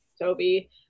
Toby